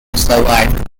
survived